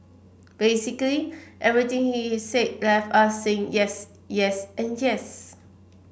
basically everything he said left us saying yes yes and yes